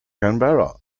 canberra